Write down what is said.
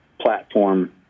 platform